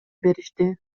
беришти